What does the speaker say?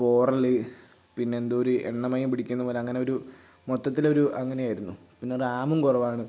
പോറല് പിന്നെന്തോ ഒര് എണ്ണമയം പിടിക്കുന്ന പോലെ അങ്ങനൊരു മൊത്തത്തിലൊരു അങ്ങനെ ആയിരുന്നു പിന്നെ റാമും കുറവാണ്